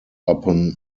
upon